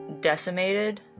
decimated